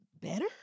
Better